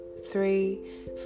three